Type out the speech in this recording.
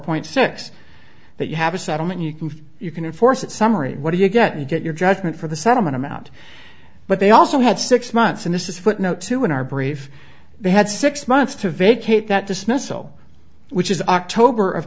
point six that you have a settlement you can you can enforce it summary what do you get you get your judgment for the settlement amount but they also had six months and this is footnote two in our brief they had six months to vacate that dismissal which is october of